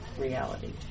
reality